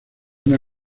una